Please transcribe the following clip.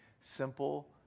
simple